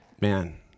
Man